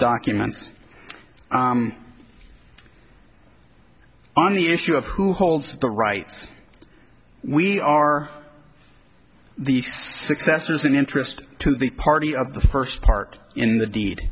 documents on the issue of who holds the rights we are the successors an interest to the party of the first part in the deed